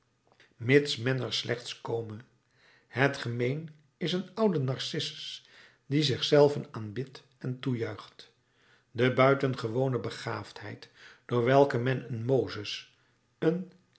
men er slechts kome het gemeen is een oude narcissus die zich zelven aanbidt en toejuicht de buitengewone begaafdheid door welke men een mozes een